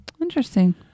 Interesting